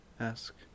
ask